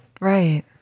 right